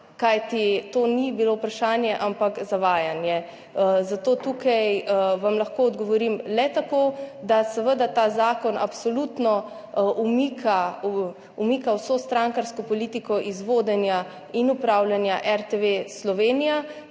to ni bilo vprašanje, ampak zavajanje, zato vam tukaj lahko odgovorim le tako, da seveda ta zakon absolutno umika vso strankarsko politiko iz vodenja in upravljanja RTV Slovenija.